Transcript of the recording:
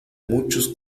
muchos